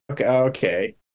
Okay